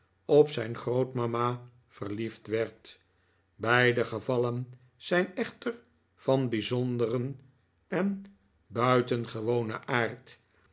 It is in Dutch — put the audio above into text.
op zijn grootmama verliefd werd beide gevallen zijn echter van bijzonderen en buitengewonen aard